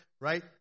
right